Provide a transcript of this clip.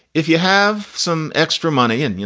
if you have some extra money and, you